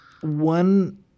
One